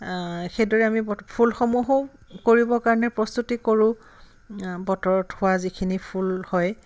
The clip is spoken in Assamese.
সেইদৰে আমি প ফুলসমূহো কৰিব কাৰণে প্ৰস্তুতি কৰোঁ বতৰত হোৱা যিখিনি ফুল হয়